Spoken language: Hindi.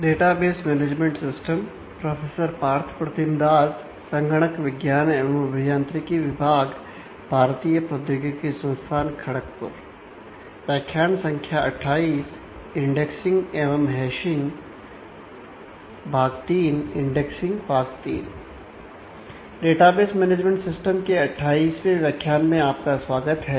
डेटाबेस मैनेजमेंट सिस्टम के 28वें व्याख्यान में आपका स्वागत है